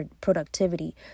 productivity